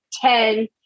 ten